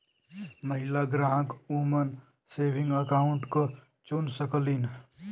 महिला ग्राहक woman saving account क चुन सकलीन